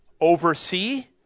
oversee